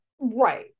Right